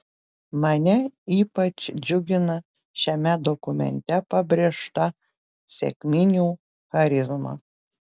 mane ypač džiugina šiame dokumente pabrėžta sekminių charizma